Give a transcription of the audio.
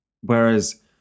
whereas